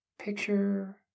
Picture